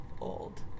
old